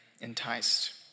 enticed